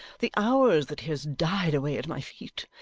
the hours that he has died away at my feet,